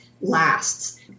lasts